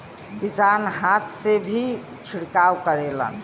किसान हाथ से भी छिड़काव करेलन